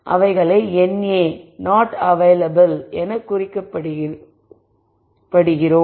அவைகளை NA not available எனக் குறிக்கப்படுகின்றன